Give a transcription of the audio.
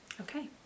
Okay